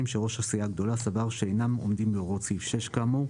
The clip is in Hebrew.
שראש הסיעה הגדולה סבר שאינם עומדים בהוראות סעיף 6 כאמור,